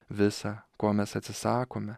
visa ko mes atsisakome